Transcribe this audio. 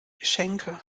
geschenke